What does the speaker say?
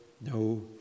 No